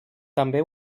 també